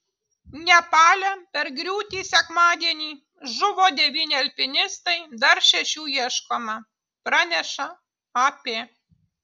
nepale per griūtį sekmadienį žuvo devyni alpinistai dar šešių ieškoma praneša ap